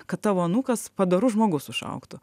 kad tavo anūkas padorus žmogus užaugtų